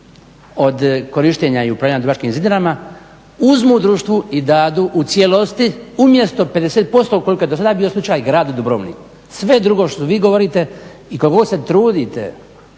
od korištenja i upravljanja dubrovačkim zidinama uzmu društvu i dadu u cijelosti umjesto 50% koliko je do sada bio slučaj gradu Dubrovniku. Sve drugo što vi govorite i koliko god se trudite